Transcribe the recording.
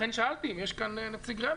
לכן שאלתי אם יש כאן נציג רמ"י.